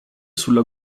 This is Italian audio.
sulla